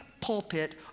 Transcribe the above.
pulpit